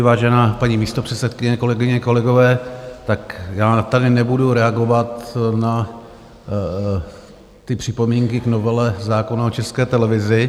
Vážená paní místopředsedkyně, kolegyně kolegové, tak já tady nebudu reagovat na ty připomínky k novele zákona o České televizi.